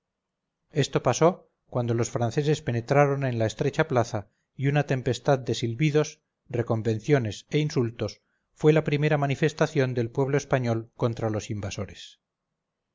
esto pasó cuando los franceses penetraron en la estrecha plaza y una tempestad de silbidos reconvenciones e insultos fue la primera manifestación del pueblo español contra los invasores